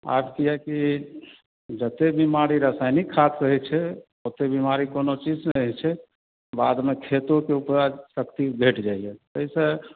आब कियाकि जतय बीमारी रसायनिक खादसे होइ छै ओतय बीमारी कोनो चीज़सॅं नहि होइ छै बादमे खेतोके उपज शक्ति घटि जाइया ताहिसॅं